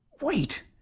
wait